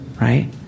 right